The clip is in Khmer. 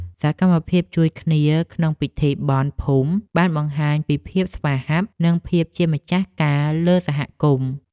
សកម្មភាពជួយគ្នាក្នុងពិធីបុណ្យភូមិ បានបង្ហាញពីភាពស្វាហាប់ និងភាពជាម្ចាស់ការលើសហគមន៍។